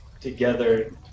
together